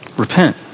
repent